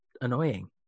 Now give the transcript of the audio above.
annoying